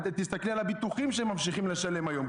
תסתכלי על הביטוחים שהם ממשיכים לשלם היום.